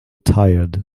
tired